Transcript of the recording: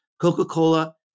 Coca-Cola